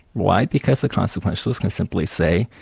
why? because the consequentialist can simply say,